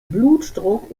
blutdruck